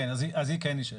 אז היא כן נשארת.